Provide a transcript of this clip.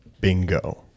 bingo